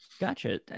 Gotcha